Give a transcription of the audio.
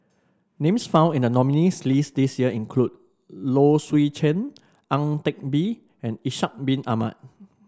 names found in the nominees' list this year include Low Swee Chen Ang Teck Bee and Ishak Bin Ahmad